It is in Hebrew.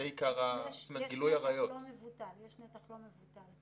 יש נתח לא מבוטל.